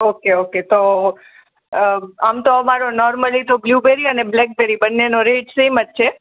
okay okay તો અ આમ તો અમારો નોર્મલી તો બ્લુબેરી અને બ્લેકબેરી બંનેનો રેટ સેમ જ છે